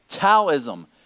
Taoism